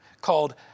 called